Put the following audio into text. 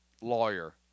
Lawyer